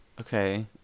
Okay